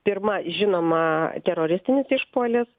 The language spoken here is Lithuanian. pirma žinoma teroristinis išpuolis